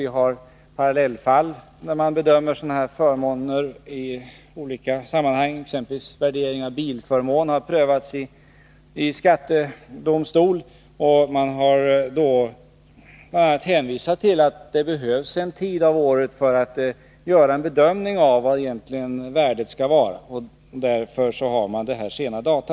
Vi har parallellfall när man bedömer sådana här förmåner i olika sammanhang; exempelvis värderingen av bilförmån har prövats av skattedomstol. Man har då bl.a. hänvisat till att en tid av året måste ha förflutit för att man skall kunna göra bedömningar av vad värdet egentligen skall vara. Det är anledningen till detta sena datum.